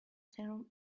serum